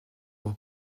pour